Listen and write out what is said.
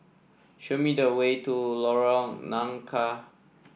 show me the way to Lorong Nangka